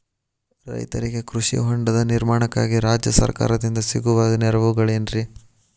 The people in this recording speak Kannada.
ರೈತರಿಗೆ ಕೃಷಿ ಹೊಂಡದ ನಿರ್ಮಾಣಕ್ಕಾಗಿ ರಾಜ್ಯ ಸರ್ಕಾರದಿಂದ ಸಿಗುವ ನೆರವುಗಳೇನ್ರಿ?